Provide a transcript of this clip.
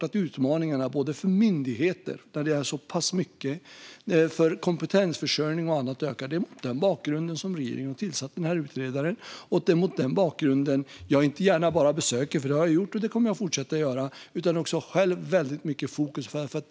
Men utmaningarna för myndigheter i fråga om kompetensförsörjning ökar. Det är mot den bakgrunden som regeringen har tillsatt utredaren, och det är mot den bakgrunden jag inte bara gör besök - det har jag gjort och kommer att fortsätta att göra - utan själv har mycket fokus på frågan.